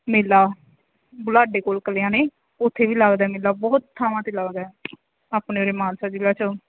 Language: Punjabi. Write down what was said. ਮੇਲਾ ਬੁਢਲਾਡੇ ਕੋਲ ਕਲਿਆਣੇ ਉੱਥੇ ਵੀ ਲੱਗਦਾ ਮੇਲਾ ਬਹੁਤ ਥਾਵਾਂ 'ਤੇ ਲੱਗਦਾ ਹੈ ਆਪਣੇ ਉਰੇ ਮਾਨਸਾ ਜ਼ਿਲ੍ਹਾ 'ਚ